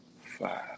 five